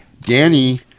Danny